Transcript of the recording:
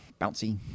bouncy